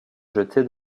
jetée